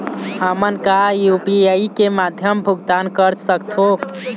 हमन का यू.पी.आई के माध्यम भुगतान कर सकथों?